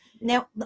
Now